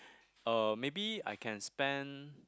uh maybe I can spend